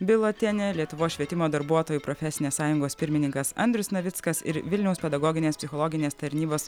bilotienė lietuvos švietimo darbuotojų profesinės sąjungos pirmininkas andrius navickas ir vilniaus pedagoginės psichologinės tarnybos